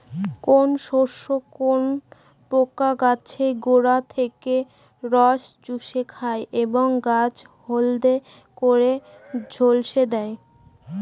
কোন শস্যে কোন পোকা গাছের গোড়া থেকে রস চুষে খায় এবং গাছ হলদে করে ঝলসে দেয়?